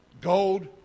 gold